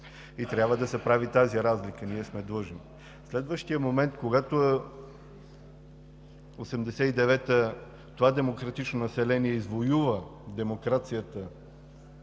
и трябва да се прави тази разлика, ние сме длъжни. Следващият момент. Когато през 1989 г. това демократично население извоюва демокрацията